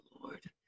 Lord